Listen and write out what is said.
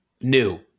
new